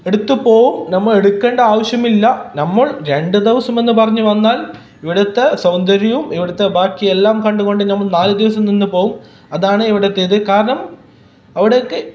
എടുത്തു പോവും നമ്മൾ എടുക്കേണ്ട ആവശ്യമില്ല നമ്മൾ രണ്ടു ദിവസം എന്ന് പറഞ്ഞു വന്നാൽ ഇവിടുത്തെ സൗന്ദര്യവും ഇവിടുത്തെ ബാക്കി എല്ലാം കണ്ടുകൊണ്ട് നമ്മൾ നാലു ദിവസം നിന്ന് പോവും അതാണ് ഇവിടുത്തേത് കാരണം അവിടെയൊക്കെ